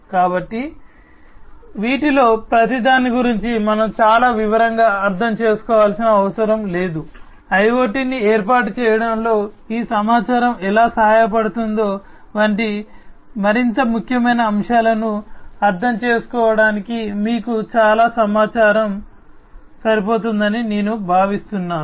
కాబట్టి వీటిలో ప్రతి దాని గురించి మనం చాలా వివరంగా అర్థం చేసుకోవలసిన అవసరం లేదు IoT ని ఏర్పాటు చేయడంలో ఈ సమాచారం ఎలా సహాయపడుతుందో వంటి మరింత ముఖ్యమైన అంశాలను అర్థం చేసుకోవడానికి మీకు చాలా సమాచారం సరిపోతుందని నేను భావిస్తున్నాను